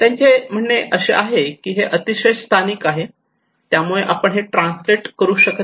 त्यांचे असे म्हणणे आहे की हे अतिशय स्थानिक आहे आणि त्यामुळे हे आपण ट्रान्सलेट करू शकत नाही